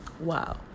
Wow